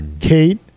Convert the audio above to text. Kate